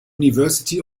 university